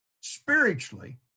spiritually